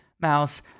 mouse